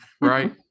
Right